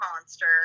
monster